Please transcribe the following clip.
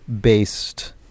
based